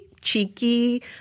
cheeky